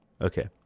Okay